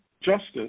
justice